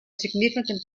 significant